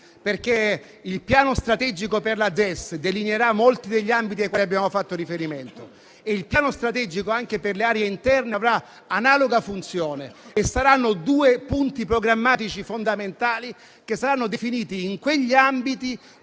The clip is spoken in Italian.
Il piano strategico per la ZES delineerà molti degli ambiti ai quali abbiamo fatto riferimento. Il piano strategico anche per le aree interne avrà analoga funzione e due punti programmatici fondamentali saranno definiti in quegli ambiti,